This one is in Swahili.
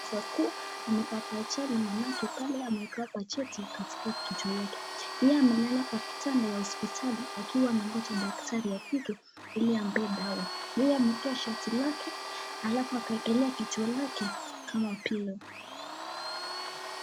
Inaweza kuwa amepata ajali maanake pale amewekewa pandeji katika kichwa yake. Yeye amelala kwa kitanda ya hospitali akiwa anangoja daktari afike ili ampee dawa. Yeye ameshika shati lake alafu akawekelea kichwa lake kama pilo.